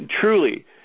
truly